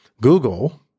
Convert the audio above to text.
Google